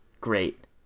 great